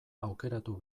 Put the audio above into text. aukeratu